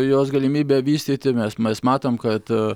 jos galimybę vystyti mes mes matom kad aa